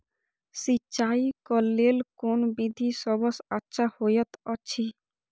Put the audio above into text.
सिंचाई क लेल कोन विधि सबसँ अच्छा होयत अछि?